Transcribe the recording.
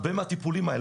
הרבה מהטיפולים האלה,